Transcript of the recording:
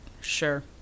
sure